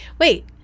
wait